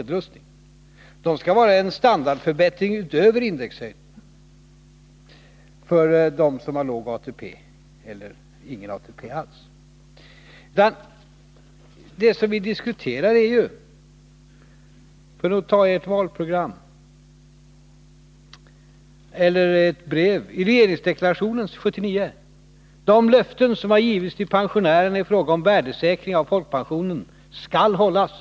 Avsikten har varit att de skall medföra en standardförbättring, utöver den som blir följden av indexhöjningar, för dem som har låg ATP eller ingen ATP alls. Vad vi diskuterar är ju det som står i regeringsdeklarationen 1979: De löften som har givits till pensionärerna i fråga om värdesäkring av folkpensionen skall hållas.